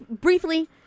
briefly